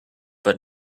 but